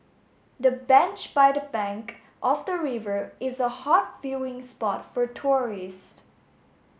the bench by the bank of the river is a hot viewing spot for tourists